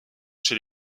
chez